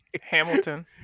Hamilton